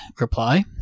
reply